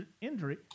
injury